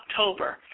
October